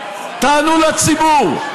תענו לציבור.